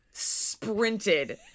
sprinted